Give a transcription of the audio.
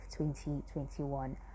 2021